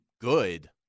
good